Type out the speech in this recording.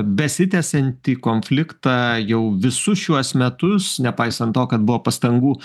besitęsiantį konfliktą jau visus šiuos metus nepaisant to kad buvo pastangų